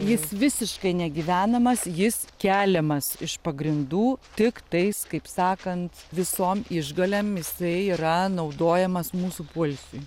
jis visiškai negyvenamas jis keliamas iš pagrindų tiktais kaip sakant visom išgalėm jisai yra naudojamas mūsų poilsiui